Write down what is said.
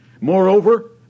moreover